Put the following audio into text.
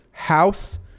House